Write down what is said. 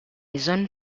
zone